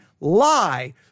lie